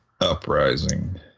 Uprising